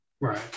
right